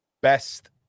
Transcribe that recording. best